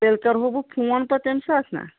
تیٚلہِ کَرو بہٕ فون پَتہٕ تمہِ ساتہٕ نہ